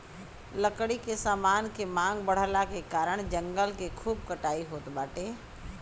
लकड़ी के समान के मांग बढ़ला के कारण जंगल के खूब कटाई होत बाटे